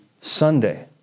Sunday